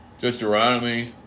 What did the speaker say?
Deuteronomy